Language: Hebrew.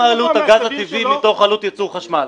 עלות הגז הטבעי מתוך עלות ייצור חשמל?